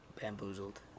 Bamboozled